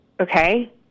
Okay